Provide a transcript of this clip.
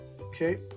Okay